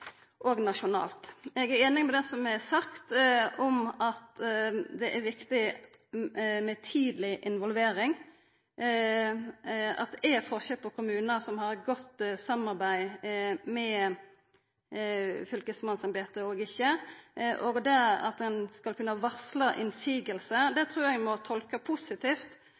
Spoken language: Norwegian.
nasjonalt. Eg er einig i det som er sagt om at det er viktig med tidleg involvering, at det er forskjell på kommunar som har eit godt samarbeid med fylkesmannsembetet, og ikkje. Det at ein skal kunna varsla motsegn, trur eg ein må tolka positivt,